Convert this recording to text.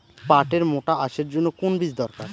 পাটের মোটা আঁশের জন্য কোন বীজ দরকার?